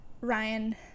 Ryan